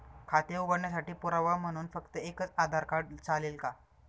खाते उघडण्यासाठी पुरावा म्हणून फक्त एकच आधार कार्ड चालेल का?